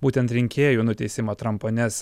būtent rinkėjų nuteisimą trampo nes